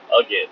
again